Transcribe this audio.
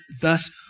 Thus